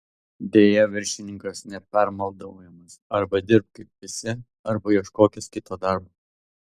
deja viršininkas nepermaldaujamas arba dirbk kaip visi arba ieškokis kito darbo